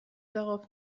darauf